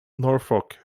norfolk